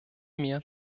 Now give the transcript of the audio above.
mir